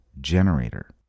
generator